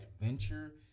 adventure